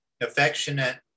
affectionate